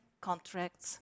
contracts